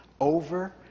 over